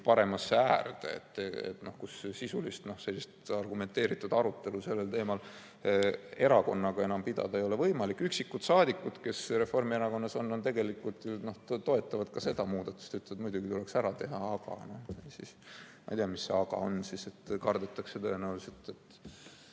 paremasse äärde, kus sisulist argumenteeritud arutelu sellel teemal erakonnaga enam pidada ei ole võimalik. Üksikud saadikud, kes Reformierakonnas on, tegelikult toetavad seda muudatust ja ütlevad, et muidugi tuleks see ära teha, aga ma ei tea, miks ei tehta. Kardetakse tõenäoliselt,